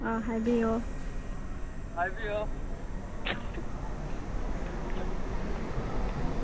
ꯑ ꯍꯥꯏꯕꯤꯌꯨ ꯍꯥꯏꯕꯤꯌꯨ